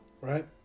right